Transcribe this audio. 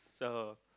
so